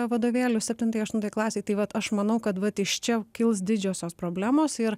vadovėlių septintai aštuntai klasei tai vat aš manau kad vat iš čia kils didžiosios problemos ir